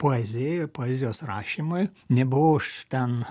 poezijai poezijos rašymui nebuvau aš ten